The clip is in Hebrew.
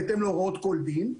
בהתאם להוראות כל דין,